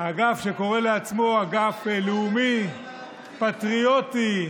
האגף שקורא לעצמו אגף לאומי, פטריוטי,